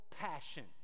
passions